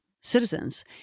citizens